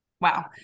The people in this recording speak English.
Wow